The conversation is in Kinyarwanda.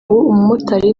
umumotari